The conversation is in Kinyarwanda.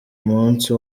munsi